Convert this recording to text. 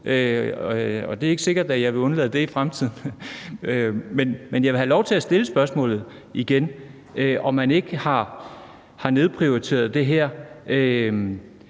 det er ikke sikkert, at jeg vil undlade det i fremtiden. Jeg vil have lov til at stille spørgsmålet igen, nemlig om man ikke har nedprioriteret det her.